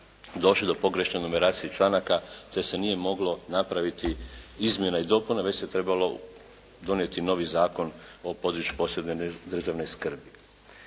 došlo je do pogrešne numeracije članaka te se nije moglo napraviti izmjena i dopuna, već se trebalo donijeti novi Zakon o području posebne državne skrbi.